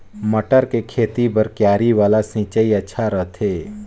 मटर के खेती बर क्यारी वाला सिंचाई अच्छा रथे?